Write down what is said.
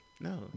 no